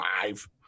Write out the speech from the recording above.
five